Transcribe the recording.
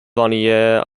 vanier